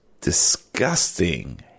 disgusting